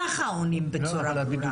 ככה עונים בצורה ברורה.